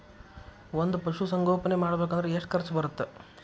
ಒಂದ್ ಪಶುಸಂಗೋಪನೆ ಮಾಡ್ಬೇಕ್ ಅಂದ್ರ ಎಷ್ಟ ಖರ್ಚ್ ಬರತ್ತ?